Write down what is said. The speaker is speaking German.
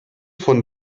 von